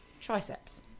triceps